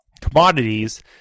commodities